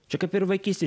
čia kaip ir vaikystėj